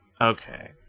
okay